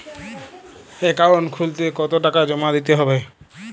Account খুলতে কতো টাকা জমা দিতে হবে?